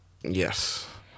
Yes